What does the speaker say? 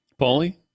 Paulie